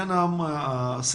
תודה.